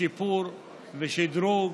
שיפור ושדרוג.